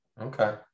okay